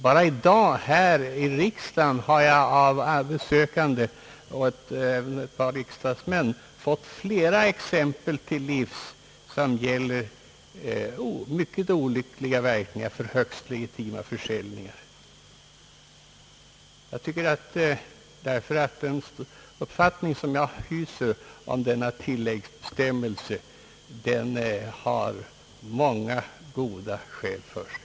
Bara i dag här i riksdagen har jag av besökande och av ett par riksdagsmän fått flera exempel till livs, som visar vilka mycket olyckliga verkningar som kan uppstå till följd av högst legitima försäljningar, där lagfart ej begärts före 8 november. Min uppfattning om denna tilläggsbestämmelse har många goda skäl för sig.